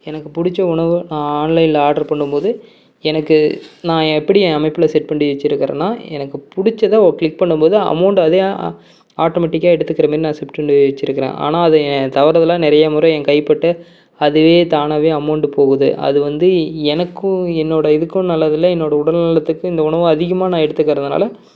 எனக்கு பிடிச்ச உணவு நான் ஆன்லைனில் ஆர்டர் பண்ணும்போது எனக்கு நான் எப்படி என் அமைப்பில் செட் பண்ணி வச்சுருக்குறேன்னா எனக்கு பிடிச்சத க்ளிக் பண்ணும்போது அமௌண்ட் அதே ஆட்டோமேட்டிக்காக எடுத்துக்கிற மாரி நான் செட் பண்ணி வச்சுருக்கிறேன் ஆனால் அது என் தவறுதலாக நிறைய முறை என் கைப்பட்டு அதுவே தானாகவே அமௌண்டு போகுது அது வந்து எனக்கும் என்னோட இதுக்கும் நல்லதில்ல என்னோட உடல்நலத்துக்கும் இந்த உணவை அதிகமாக நான் எடுத்துக்கிறதனால